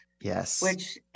Yes